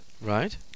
Right